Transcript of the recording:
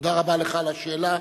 תודה רבה לך על השאלה.